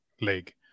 leg